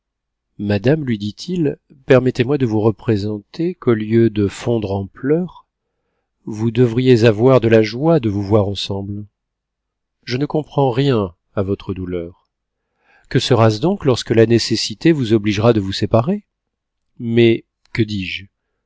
madame lui dit-il permettez-moi de vous représenter qu'au lieu de fondre en pleurs nus devriez avoir de la joie de vous voir ensemble je ne comprends rien à votre douteur que sera-ce donc lorsque la nécessité vous obligera de vous séparer mais que dis-je